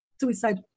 suicide